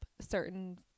certain